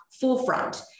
forefront